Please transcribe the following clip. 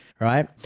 right